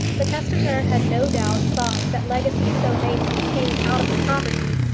the testator had no doubt thought that legacies so made would be paid out of the property,